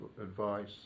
advice